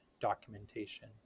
documentation